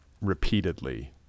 repeatedly